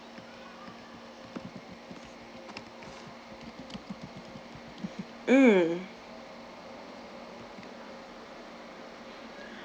mm